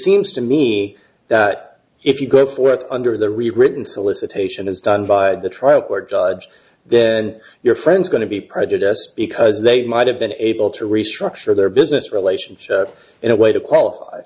seems to me that if you go forth under the rewritten solicitation is done by the trial court judge then your friends going to be prejudiced because they might have been able to restructure their business relationship in a way to